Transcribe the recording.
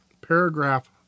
Paragraph